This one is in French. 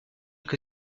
que